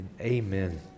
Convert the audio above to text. Amen